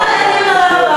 למה היה דיון על הר-הבית?